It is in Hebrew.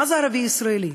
מה זה "ערבי ישראלי"?